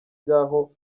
by’aho